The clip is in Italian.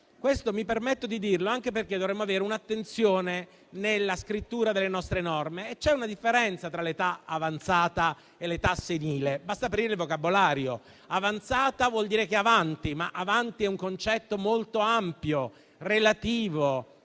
questo aspetto perché dovremmo avere un'attenzione nella scrittura delle nostre norme. C'è una differenza tra l'età avanzata e l'età senile, e basta aprire il vocabolario: «avanzata» vuol dire che è avanti, ma avanti è un concetto molto ampio, relativo,